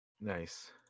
Nice